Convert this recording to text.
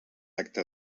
acte